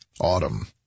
autumn